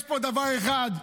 יש פה דבר אחד,